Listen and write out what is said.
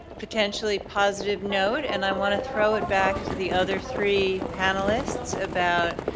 potentially positive note, and i want to throw it back to the other three panelists about,